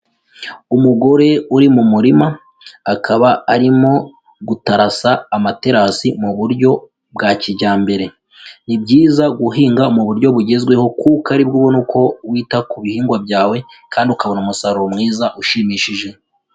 Umugore uri mu murima akaba arimo gutarasa amaterasi mu buryo bwa kijyambere. Ni byiza guhinga mu buryo bugezweho kuko ari bwo ubona uko wita ku bihingwa byawe kandi ukabona umusaruro mwiza ushimishije.